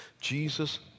Jesus